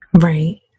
Right